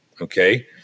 okay